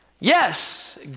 Yes